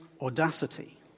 audacity